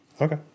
Okay